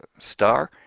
but star,